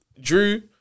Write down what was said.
Drew